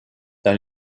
dans